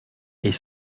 est